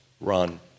Run